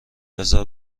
بزار